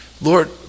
Lord